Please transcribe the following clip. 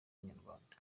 inyarwanda